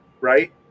right